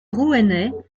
rouennais